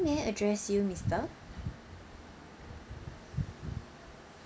may I address you mister